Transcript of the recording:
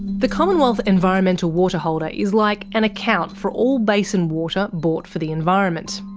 the commonwealth environmental water holder is like an account for all basin water bought for the environment.